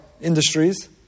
Industries